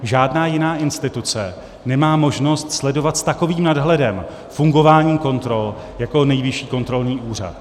Žádná jiná instituce nemá možnost sledovat s takovým nadhledem fungování kontrol jako Nejvyšší kontrolní úřad.